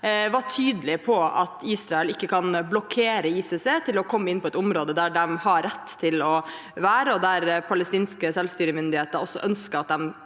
var tydelig på at Israel ikke kan blokkere ICC fra å komme inn på et område der de har rett til å være, og der palestinske selvstyremyndigheter også ønsker at de